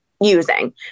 using